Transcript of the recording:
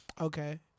Okay